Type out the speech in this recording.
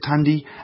Tandi